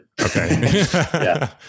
Okay